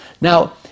Now